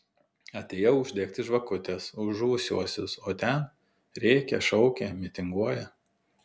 atėjau uždegti žvakutės už žuvusiuosius o ten rėkia šaukia mitinguoja